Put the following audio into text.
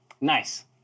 nice